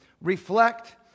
reflect